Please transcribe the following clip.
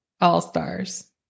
all-stars